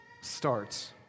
starts